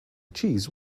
cheese